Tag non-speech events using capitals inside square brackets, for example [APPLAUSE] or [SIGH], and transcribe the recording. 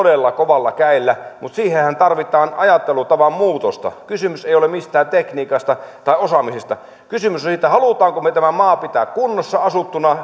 todella kovalla kädellä mutta siihenhän tarvitaan ajattelutavan muutosta kysymys ei ole mistään tekniikasta tai osaamisesta kysymys on siitä haluammeko me tämän maan pitää kunnossa asuttuna [UNINTELLIGIBLE]